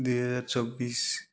ଦୁଇ ହଜାର ଚବିଶି